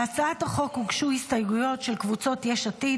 להצעת החוק הוגשו הסתייגויות של קבוצות יש עתיד,